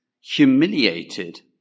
humiliated